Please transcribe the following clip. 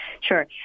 Sure